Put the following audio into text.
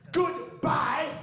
goodbye